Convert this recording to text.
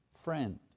friend